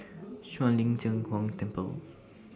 Shuang Lin Cheng Huang Temple